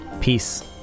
peace